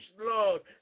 Lord